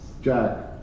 Jack